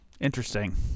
Interesting